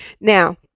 Now